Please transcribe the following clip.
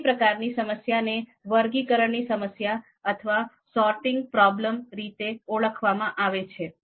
બીજી પ્રકારની સમસ્યાને વર્ગીકરણ ની સમસ્યા અથવા સોર્ટિંગ પ્રોબ્લેમ રીતે ઓળખવામાં આવે છે